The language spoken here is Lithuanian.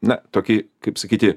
na tokie kaip sakyti